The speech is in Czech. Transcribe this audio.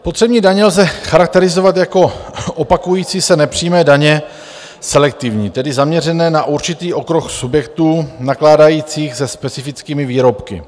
Spotřební daně lze charakterizovat jako opakující se nepřímé daně selektivní, tedy zaměřené na určitý okruh subjektů nakládajících se specifickými výrobky.